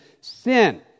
sin